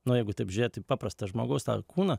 na jeigu taip žiūrėti į paprastą žmogaus kūną